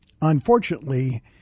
Unfortunately